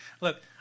Look